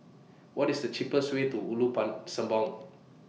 What IS The cheapest Way to Ulu Pang Sembawang